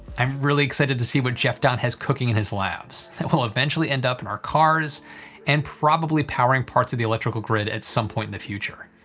i'm really excited to see what jeff dahn has cooking in his labs that will eventually end up in our cars and probably powering parts of the electrical grid at some point in the future.